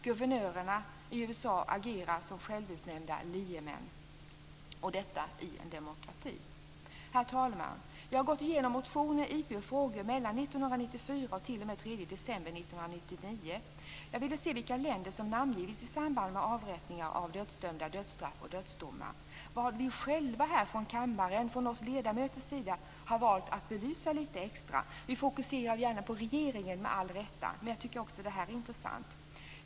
Guvernörerna i USA agerar som självutnämnda liemän. Jag har gått igenom motioner, interpellationer och frågor från 1994 till den 3 december 1999. Jag ville se vilka länder som namngivits i samband med avrättningar av dödsdömda, dödsstraff och dödsdomar. Jag ville se vad vi ledamöter har valt att belysa lite extra. Vi fokuserar, med all rätta, på regeringar, men det här är också intressant.